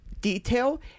detail